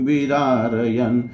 Vidarayan